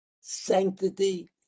sanctity